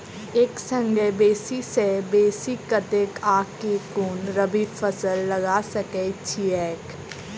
एक संगे बेसी सऽ बेसी कतेक आ केँ कुन रबी फसल लगा सकै छियैक?